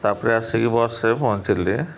ତା'ପରେ ଆସିକି ବସ୍ରେ ପହଞ୍ଚିଲେ